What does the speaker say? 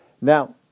now